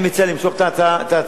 אני מציע למשוך את ההצעה,